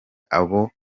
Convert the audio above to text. abo